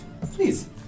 Please